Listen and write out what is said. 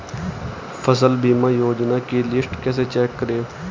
फसल बीमा योजना की लिस्ट कैसे चेक करें?